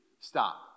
Stop